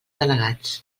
al·legats